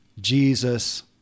Jesus